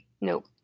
Nope